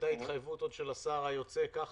שהייתה עוד התחייבות של השר היוצא, כחלון,